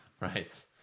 Right